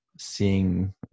seeing